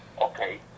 okay